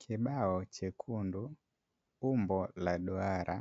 Kibao chekundu, umbo la duara,